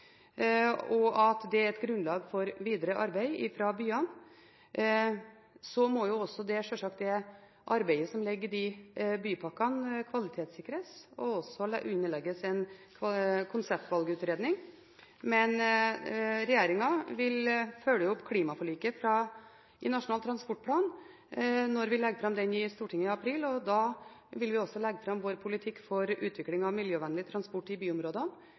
og at det er et grunnlag for videre arbeid fra byene. Så må sjølsagt det arbeidet som ligger i de bypakkene, kvalitetssikres og også underlegges en konseptvalgutredning. Regjeringen vil følge opp klimaforliket i Nasjonal transportplan når vi legger fram den i Stortinget i april, og da vil vi også legge fram vår politikk for utvikling av miljøvennlig transport i byområdene.